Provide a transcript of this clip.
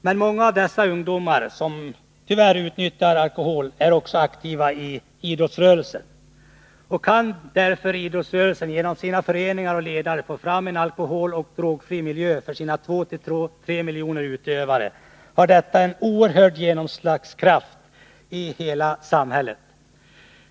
Men många av de ungdomar som tyvärr utnyttjar alkohol är aktiva i idrottsrörelsen. Kan idrottsrörelsen genom sina föreningar och ledare få fram en alkoholoch drogfri miljö för sina två å tre miljoner utövare har detta en oerhörd genomslagskraft i hela samhället.